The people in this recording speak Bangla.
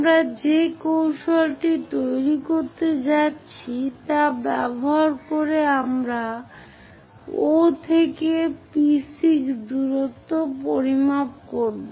আমরা যে কৌশলটি তৈরি করতে যাচ্ছি তা ব্যবহার করে আমরা O থেকে P6 দূরত্ব পরিমাপ করব